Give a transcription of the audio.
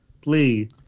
please